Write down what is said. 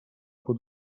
pod